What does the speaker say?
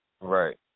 Right